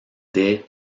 des